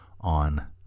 on